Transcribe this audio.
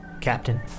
Captain